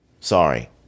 Sorry